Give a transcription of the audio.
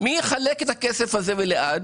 מי יחלק את הכסף הזה ולאן?